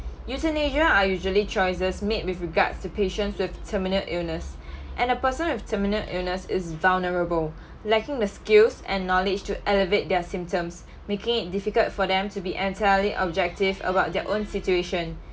euthanasia are usually choices made with regards to patients with terminal illness and the person with terminal illness is vulnerable lacking the skills and knowledge to elevate their symptoms making it difficult for them to be entirely objective about their own situation